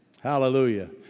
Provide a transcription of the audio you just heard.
Hallelujah